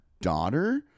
daughter